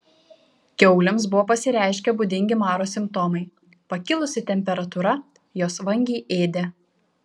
kiaulėms buvo pasireiškę būdingi maro simptomai pakilusi temperatūra jos vangiai ėdė